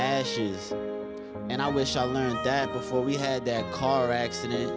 ashes and i wish i'd learned that before we had a car accident